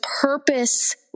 purpose